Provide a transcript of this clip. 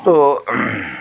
ᱛᱳ